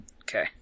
Okay